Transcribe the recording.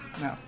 no